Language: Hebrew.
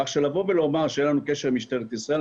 כך שלבוא ולומר שאין לנו קשר עם משטרת ישראל,